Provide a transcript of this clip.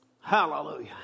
Hallelujah